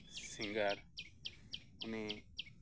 ᱥᱤᱝᱜᱟᱨ ᱩᱱᱤ